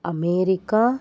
America